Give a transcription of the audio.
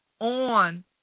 on